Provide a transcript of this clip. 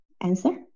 answer